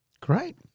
Great